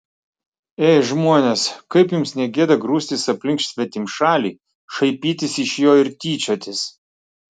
ei žmonės kaip jums ne gėda grūstis aplink svetimšalį šaipytis iš jo ir tyčiotis